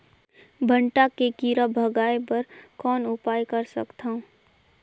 भांटा के कीरा भगाय बर कौन उपाय कर सकथव?